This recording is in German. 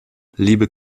liebe